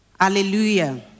Hallelujah